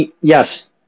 yes